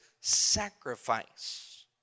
sacrifice